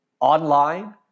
online